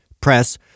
press